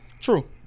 True